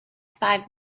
five